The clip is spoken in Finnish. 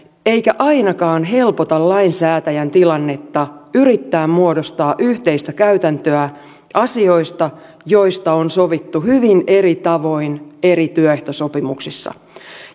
ei ainakaan helpota lainsäätäjän tilannetta yrittää muodostaa yhteistä käytäntöä asioista joista on sovittu hyvin eri tavoin eri työehtosopimuksissa